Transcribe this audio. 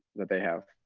that they have.